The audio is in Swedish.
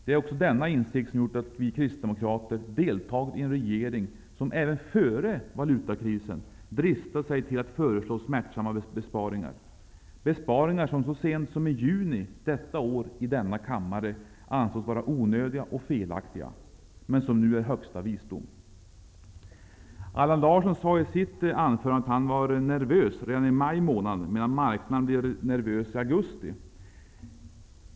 Det är också denna insikt som gjort att vi kristdemokrater deltagit i en regering som även före valutakrisen dristade sig till att föreslå smärtsamma besparingar, besparingar som så sent som i juni detta år i denna kammare ansågs vara onödiga och felaktiga, men som nu är högsta visdom. Allan Larsson sade i sitt anförande att han var nervös redan i maj månad, medan marknaden blev nervös i augusti.